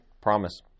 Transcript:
Promise